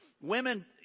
Women